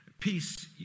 Peace